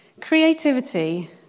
Creativity